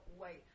wait